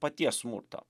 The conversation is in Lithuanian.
paties smurto